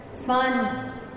fun